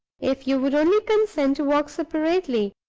if you would only consent to walk separately.